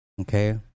Okay